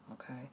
Okay